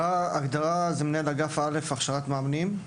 ההגדרה היא מנהל אגף א' הכשרת מאמנים.